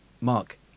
Mark